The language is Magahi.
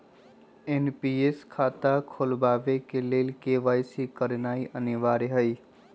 एन.पी.एस खता खोलबाबे के लेल के.वाई.सी करनाइ अनिवार्ज हइ